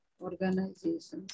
organizations